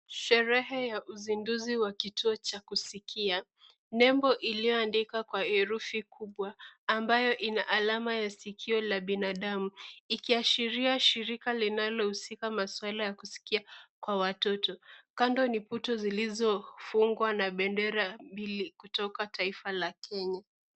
Sherehe ya uzinduzi wa kituo cha kusikia , nembo iliyoandikwa kwa herufi kubwa ambayo ina alama ya sikio la binadamu ikiashiria shirika linalohusika maswala ya kusikia kwa watoto. Kando ni putu zilizofungwa na bendera mbili kutoka taifa la Kenya .